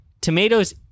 tomatoes